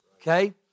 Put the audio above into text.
Okay